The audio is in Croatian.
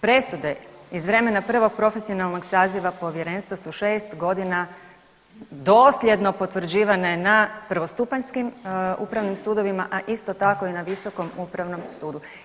Presude iz vremena prvog profesionalnog saziva Povjerenstva su 6 godina dosljedno potvrđivane na prvostupanjskim upravnim sudovima, a isto tako i na Visokom upravnom sudu.